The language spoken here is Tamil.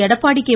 எடப்பாடி கே